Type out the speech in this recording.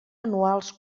anuals